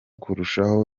kurushaho